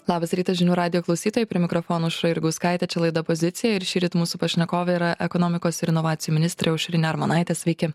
labas rytas žinių radijo klausytojai prie mikrofono aušra jurgauskaitė čia laida pozicija ir šįryt mūsų pašnekovė yra ekonomikos ir inovacijų ministrė aušrinė armonaitė sveiki